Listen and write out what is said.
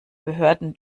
behörden